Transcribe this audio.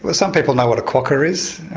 ah some people know what a quokka is.